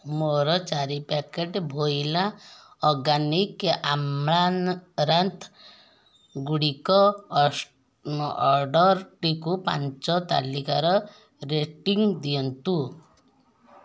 ମୋର ଚାରି ପ୍ୟାକେଟ୍ ଭୋଇଲା ଅର୍ଗାନିକ୍ ଆମାରାନ୍ଥଗୁଡ଼ିକ ଅର୍ଡ଼ର୍ଟିକୁ ପାଞ୍ଚ ତାଲିକାର ରେଟିଂ ଦିଅନ୍ତୁ